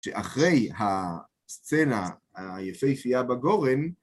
שאחרי הסצנה היפהפייה בגורן